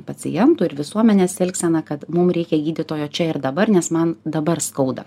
pacientų ir visuomenės elgseną kad mum reikia gydytojo čia ir dabar nes man dabar skauda